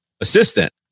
assistant